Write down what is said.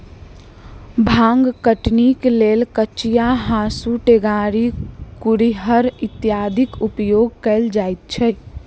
भांग कटनीक लेल कचिया, हाँसू, टेंगारी, कुरिहर इत्यादिक उपयोग कयल जाइत छै